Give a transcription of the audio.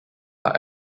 are